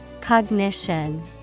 Cognition